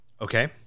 Okay